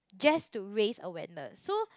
just to raise awareness so